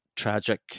tragic